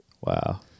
Wow